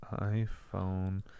iPhone